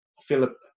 Philip